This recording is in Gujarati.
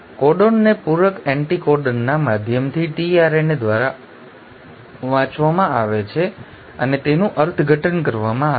કોડોનને પૂરક એન્ટિકોડનના માધ્યમથી tRNA દ્વારા વાંચવામાં આવે છે અને તેનું અર્થઘટન કરવામાં આવે છે